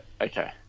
okay